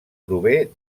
prové